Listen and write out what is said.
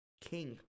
king